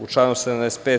U članu 75.